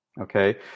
okay